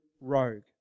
rogue